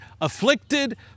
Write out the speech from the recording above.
afflicted